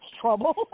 trouble